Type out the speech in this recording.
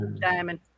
Diamond